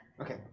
Okay